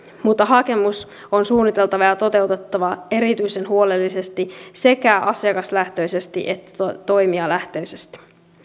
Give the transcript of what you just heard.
mutta hakemus on suunniteltava ja toteutettava erityisen huolellisesti sekä asiakaslähtöisesti että toimijalähtöisesti